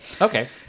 Okay